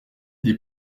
des